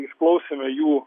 išklausėme jų